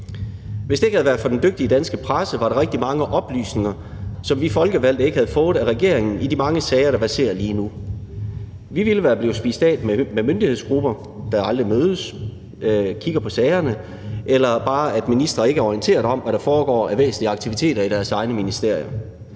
Hvis det ikke havde været for den dygtige danske presse, var der rigtig mange oplysninger, som vi folkevalgte ikke havde fået af regeringen i de mange sager, der verserer lige nu. Vi ville være blevet spist af med myndighedsgrupper, der aldrig mødes og kigger på sagerne, eller bare, at ministre ikke er orienteret om, hvad der foregår af væsentlige aktiviteter i deres egne ministerier.